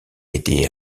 été